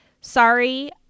sorry